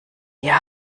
wir